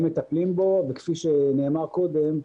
הם מטפלים בו וכפי שנאמר קודם,